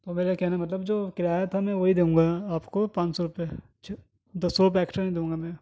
وہ میرا کہنے کا مطلب جو کرایہ تھا میں وہی دوں گا آپ کو پانچ سو روپیے دو سو روپیے ایکسٹرا نہیں دوں گا میں